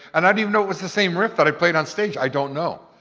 and i didn't even know it was the same riff that i played on stage. i don't know,